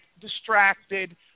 distracted